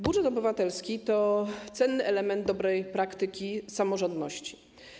Budżet obywatelski to cenny element dobrej praktyki samorządności.